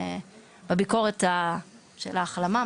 בביקורת החלמה,